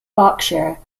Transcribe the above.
berkshire